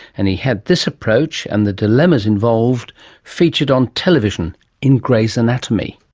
and he had this approach and the dilemmas involved featured on television in grey's anatomy.